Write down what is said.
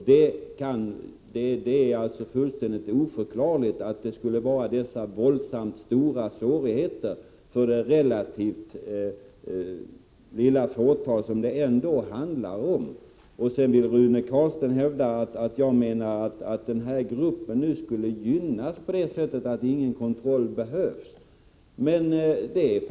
Det är fullständigt oförklarligt att det skulle föreligga så våldsamt stora svårigheter, med tanke på att det handlar om relativt få fall. Rune Carlstein hävdar att jag menar att denna grupp skulle gynnas på det sättet att ingen kontroll anses behövlig.